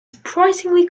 surprisingly